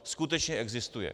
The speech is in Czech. Skutečně existuje.